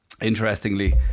interestingly